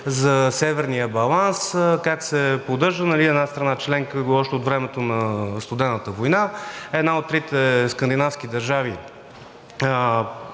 за Северния алианс – как се поддържа една страна членка още от времето на Студената война, една от трите скандинавски държави